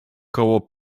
koło